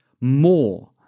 more